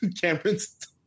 Cameron's